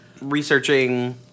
researching